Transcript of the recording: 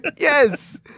Yes